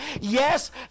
Yes